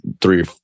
three